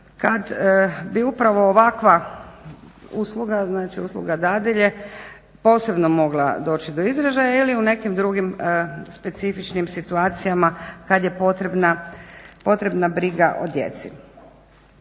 kada bi upravo ovakva usluga, znači usluga dadilje posebno možda doći do izražaja ili u nekim drugim specifičnim situacijama kada je potrebna briga o djeci.